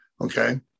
Okay